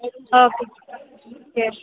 okay yes